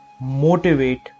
motivate